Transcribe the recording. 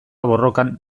borrokan